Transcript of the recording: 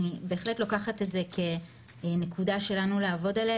אני בהחלט לוקחת את זה כנקודה שלנו לעבוד עליה,